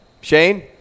Shane